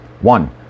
One